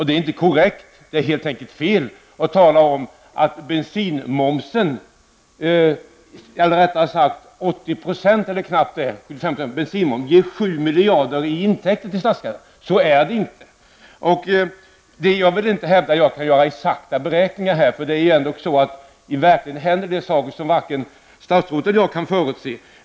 Det är inte korrekt, det är helt fel, att tala om att den skulle ge 7 miljarder i intäkter till statskassan. Så är det inte. Jag kan inte hävda att jag kan göra exakta beräkningar här. I verkligheten händer det ju saker som varken statsrådet eller jag kan förutse.